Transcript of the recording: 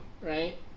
right